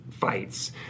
fights